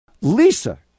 Lisa